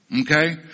Okay